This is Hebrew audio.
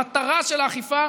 המטרה של האכיפה,